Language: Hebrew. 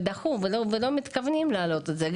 ודחו ולא מתכוונים להעלות את זה.